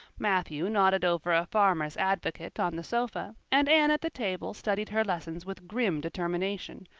matthew nodded over a farmers' advocate on the sofa and anne at the table studied her lessons with grim determination,